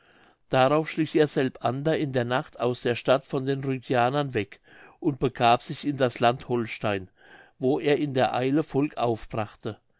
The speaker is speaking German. darauf schlich er selbander in der nacht aus der stadt vor den rügianern weg und begab sich in das land holstein wo er in der eile volk aufbrachte